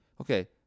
okay